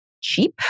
cheap